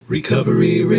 Recovery